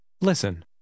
Listen